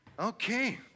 Okay